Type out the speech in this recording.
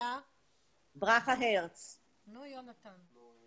זכאים לתשלומי חשמל, ארנונה וכולי.